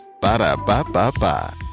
Ba-da-ba-ba-ba